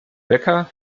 bäcker